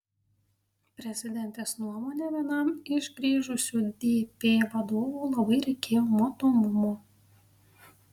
prezidentės nuomone vienam iš grįžusių dp vadovų labai reikėjo matomumo